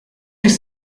sich